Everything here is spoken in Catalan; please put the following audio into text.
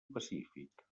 pacífic